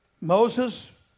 Moses